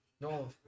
No